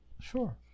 Sure